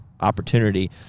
opportunity